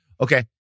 Okay